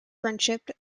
friendship